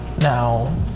Now